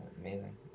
amazing